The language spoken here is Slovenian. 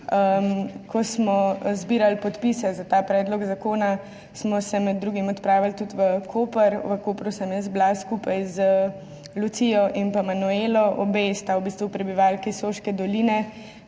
Ko smo zbirali podpise za ta predlog zakona, smo se med drugim odpravili tudi v Koper. V Kopru sem bila skupaj z Lucijo in Manuelo, obe sta prebivalki Soške doline,